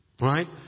Right